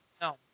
No